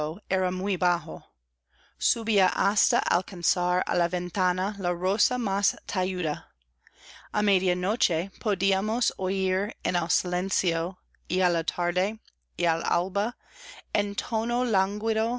era muy bajo subía hasta alcanzar á la ventana la rosa más talluda a media noche podíamos oir en el silencio y á la tarde y al alba